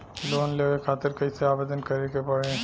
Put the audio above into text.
Loan लेवे खातिर कइसे आवेदन करें के पड़ी?